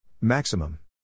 Maximum